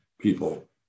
people